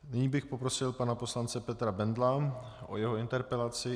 Nyní bych poprosil pana poslance Petra Bendla o jeho interpelaci.